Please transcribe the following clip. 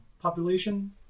Population